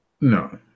No